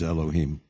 Elohim